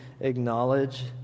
acknowledge